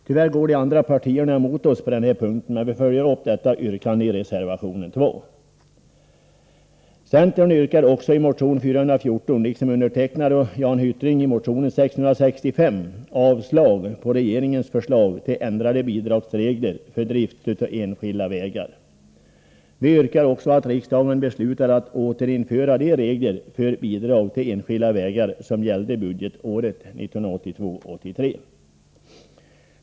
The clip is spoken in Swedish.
Tyvärr går de andra partierna emot oss på den här punkten, men vi följer upp yrkandet i reservation 2. Centern yrkar också i motion 414, liksom undertecknad och Jan Hyttring i motion 665, avslag på regeringens förslag till ändrade bidragsregler för drift av enskilda vägar. Vi yrkar också att riksdagen beslutar att återinföra de regler för bidrag till enskilda vägar som gällde budgetåret 1982/83.